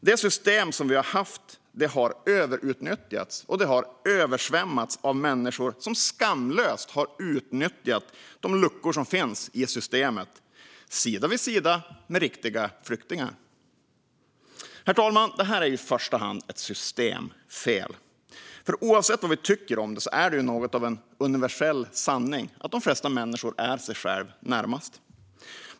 Det system vi haft har överutnyttjats och översvämmats av människor som skamlöst har utnyttjat luckorna i systemet, sida vid sida med riktiga flyktingar. Herr talman! Det här är i första hand ett systemfel. För oavsett vad vi tycker om det är det något av en universell sanning att de flesta människor är sig själva närmast.